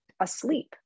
asleep